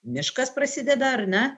miškas prasideda ar ne